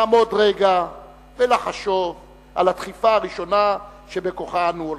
לעמוד רגע ולחשוב על הדחיפה הראשונה שבכוחה אנו הולכים.